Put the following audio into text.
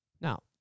Now